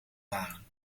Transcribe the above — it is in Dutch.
waren